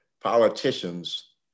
politicians